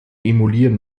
emulieren